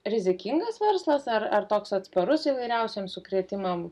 rizikingas verslas ar ar toks atsparus įvairiausiem sukrėtimam